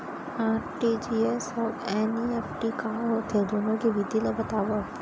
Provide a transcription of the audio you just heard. RTGS अऊ NEFT का होथे, दुनो के विधि ला बतावव